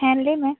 ᱦᱮᱸ ᱞᱟᱹᱭᱢᱮ